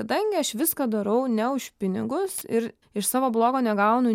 kadangi aš viską darau ne už pinigus ir iš savo blogo negaunu